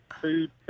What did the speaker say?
Food